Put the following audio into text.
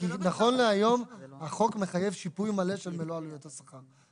כי נכון להיום החוק מחייב שיפוי מלא של מלוא עלויות השכר.